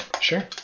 sure